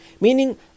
Meaning